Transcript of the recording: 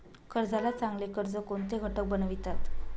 कर्जाला चांगले कर्ज कोणते घटक बनवितात?